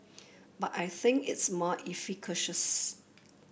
but I think it's more efficacious